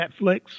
Netflix